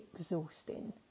exhausting